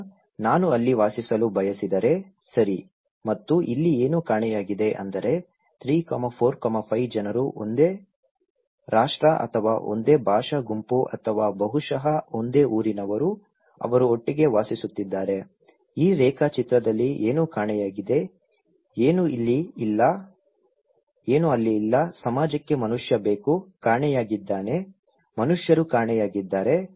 ಈಗ ನಾನು ಅಲ್ಲಿ ವಾಸಿಸಲು ಬಯಸಿದರೆ ಸರಿ ಮತ್ತು ಇಲ್ಲಿ ಏನು ಕಾಣೆಯಾಗಿದೆ ಅಂದರೆ 3 4 5 ಜನರು ಒಂದೇ ರಾಷ್ಟ್ರ ಅಥವಾ ಒಂದೇ ಭಾಷಾ ಗುಂಪು ಅಥವಾ ಬಹುಶಃ ಒಂದೇ ಊರಿನವರು ಅವರು ಒಟ್ಟಿಗೆ ವಾಸಿಸುತ್ತಿದ್ದಾರೆ ಈ ರೇಖಾಚಿತ್ರದಲ್ಲಿ ಏನು ಕಾಣೆಯಾಗಿದೆ ಏನು ಅಲ್ಲಿ ಇಲ್ಲ ಸಮಾಜಕ್ಕೆ ಮನುಷ್ಯ ಬೇಕು ಕಾಣೆಯಾಗಿದ್ದಾನೆ ಮನುಷ್ಯರು ಕಾಣೆಯಾಗಿದ್ದಾರೆ